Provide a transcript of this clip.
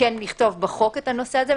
לכתוב בחוק את הנושא הזה,